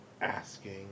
asking